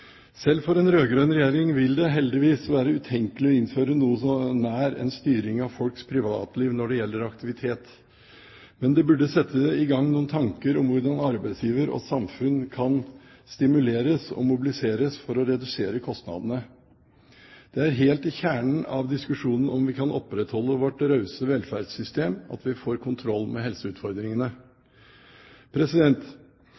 Selv for en rød-grønn regjering vil det heldigvis være utenkelig å innføre noe så nært en styring av folks privatliv når det gjelder aktivitet, men det burde settes i gang noen tanker om hvordan arbeidsgiver og samfunn kan stimuleres og mobiliseres for å redusere kostnadene. Det er helt i kjernen av diskusjonen om hvorvidt vi kan opprettholde vårt rause velferdssystem, at vi får kontroll med